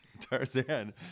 Tarzan